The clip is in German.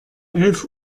elf